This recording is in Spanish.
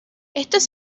estos